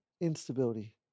instability